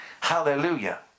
Hallelujah